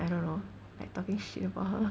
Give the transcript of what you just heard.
I don't know like talking shit about her